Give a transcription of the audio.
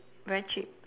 very cheap